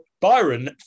Byron